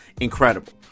incredible